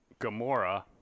Gamora